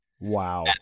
wow